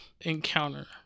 encounter